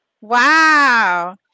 Wow